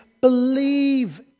believe